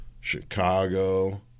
Chicago